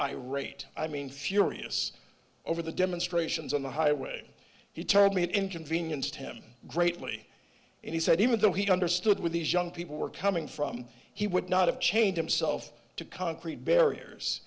irate i mean furious over the demonstrations on the highway he told me it inconvenienced him greatly and he said even though he understood with these young people were coming from he would not have change himself to concrete barriers